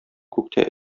күктә